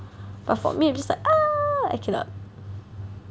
but for me it's just like ah I cannot